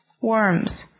worms